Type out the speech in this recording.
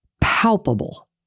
palpable